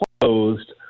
closed